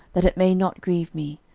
that it may not grieve me!